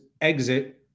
exit